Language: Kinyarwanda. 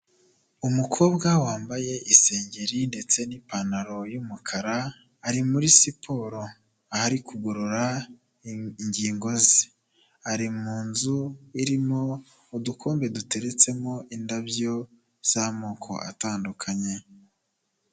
Umukobwa wambaye isengeri ndetse n'ipantaro y'umukara ari muri siporo aho ari kugorora ingingo ze ari mu nzu irimo udukombe duteretsemo indabyo z'amoko atandukanye.